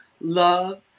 love